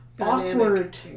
Awkward